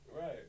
Right